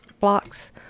blocks